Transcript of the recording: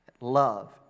Love